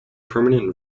permanent